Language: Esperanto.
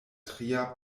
tria